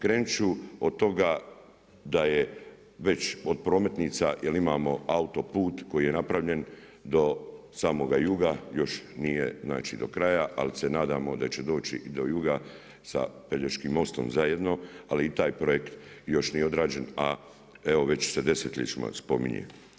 Krenut ću od toga da je već od prometnica jer imamo autoput koji je napravljen do samoga juga, još nije do kraja, ali se nadamo da će doći do juga sa Pelješkim mostom zajedno, ali i taj projekt još nije odrađen, a evo već se desetljećima spominje.